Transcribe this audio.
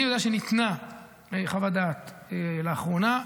אני יודע שניתנה חוות דעת לאחרונה,